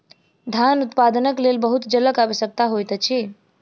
धान उत्पादनक लेल बहुत जलक आवश्यकता होइत अछि